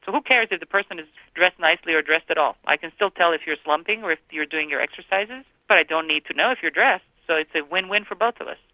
who cares if the person is dressed nicely or dressed at all, i can still tell if you're slumping or if you're doing your exercises, but i don't need to know if you're dressed, so it's a win-win for both of us.